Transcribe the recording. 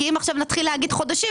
כי אם נתחיל להגיד חודשים,